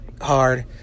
hard